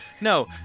No